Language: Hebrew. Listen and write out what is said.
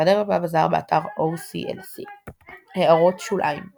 הקתדרלה והבזאר, באתר OCLC == הערות שוליים ==